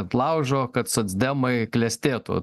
ant laužo kad socdemai klestėtų